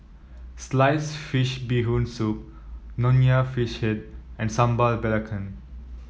Sliced Fish Bee Hoon Soup Nonya Fish Head and Sambal Belacan